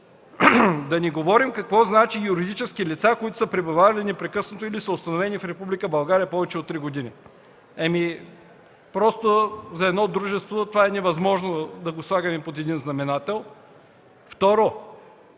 Да не говорим какво значи „юридически лица, които са пребивавали непрекъснато или са установени в Република България повече от три години”. Просто за едно дружество това е невъзможно, да го сложим под един знаменател. Второ,